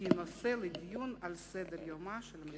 כנושא לדיון העומד על סדר-יומה של מליאת הכנסת.